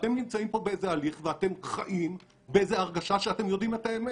אתם נמצאים פה באיזה הליך ואתם חיים בהרגשה שאתם יודעים את האמת.